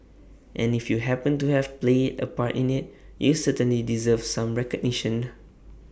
and if you happened to have played A part in IT you certainly deserve some recognition